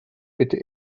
bitte